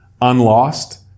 unlost